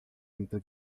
entre